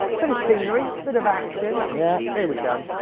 but scenery, bit of action. yeah. here we come.